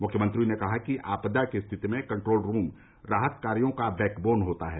मुख्यमंत्री ने कहा कि आपदा की स्थिति में कन्ट्रोल रूम राहत कार्यो का बैकबोन होता है